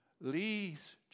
Lee's